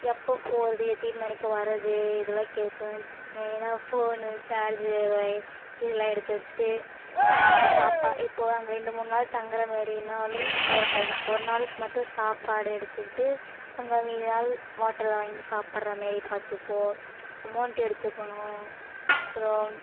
எப்போது போவது எத்தனி மணிக்கு வர்றது இதெல்லாம் கேட்கணும் மெயினாக ஃபோனு சார்ஜர் ஒயர் இதெலாம் எடுத்து வெச்சுட்டு நம்ம சாப்பா இப்போது அங்கே ரெண்டு மூணு நாள் தங்கிற மாரின்னாலும் ஒரு பதினா ஒரு நாளுக்கு மட்டும் சாப்பாடு எடுத்துக்கிட்டு அங்கே மீதி நாள் ஓட்டலில் வாங்கி சாப்பிட்ற மாரி பார்த்துப்போம் அமௌண்ட்டு எடுத்துக்கணும் அப்புறம்